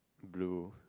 blow